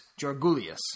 Jorgulius